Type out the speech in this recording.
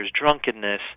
drunkenness